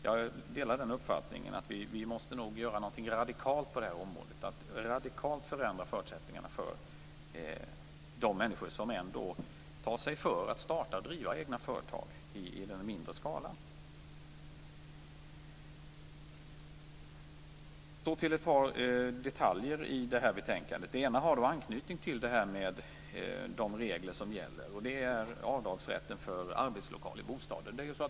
Jag delar uppfattningen att vi nog måste göra något för att radikalt förändra förutsättningarna för de människor som tar sig före att starta och driva egna företag i mindre skala. Så till ett par detaljer i betänkandet. Den ena har anknytning till de regler som gäller, nämligen avdragsrätten för arbetslokal i bostaden.